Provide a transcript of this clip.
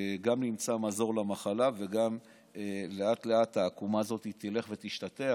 נמצא מזור למחלה ולאט-לאט העקומה הזאת תלך ותשתטח.